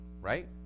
Right